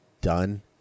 done